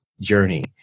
journey